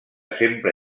sempre